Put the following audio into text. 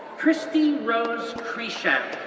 kristi rose krishak,